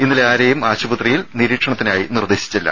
ഇന്നലെ ആരെയും ആശുപത്രിയിൽ നിരീക്ഷണത്തിനായി നിർദേശിച്ചില്ല